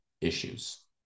issues